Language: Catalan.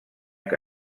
que